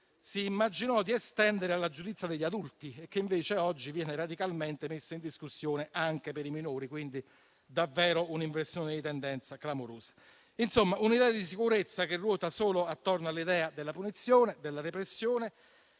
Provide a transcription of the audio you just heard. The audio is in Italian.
si immaginò di estendere alla giustizia degli adulti e che invece oggi viene radicalmente messo in discussione anche per i minori. Quindi, davvero è un'inversione di tendenza clamorosa. Una idea di sicurezza, dunque, che ruota solo attorno all'idea della punizione e della repressione.